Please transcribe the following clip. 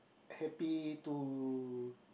happy to